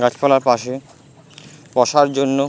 গাছপালার পাশে বসার জন্য